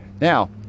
Now